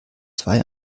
zwei